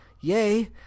Yay